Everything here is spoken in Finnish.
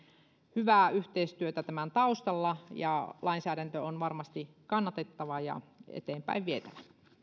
hyvää yhteistyötä tämän taustalla ja lainsäädäntö on varmasti kannatettava ja eteenpäin vietävä